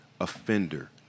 offender